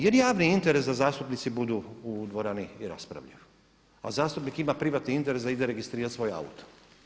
Jer je javni interes da zastupnici budu u dvorani i da raspravljaju, a zastupnik ima privatni interes da ide registrirati svoj auto.